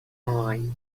mine